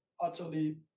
utterly